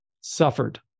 suffered